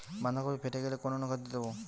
বাঁধাকপি ফেটে গেলে কোন অনুখাদ্য দেবো?